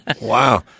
wow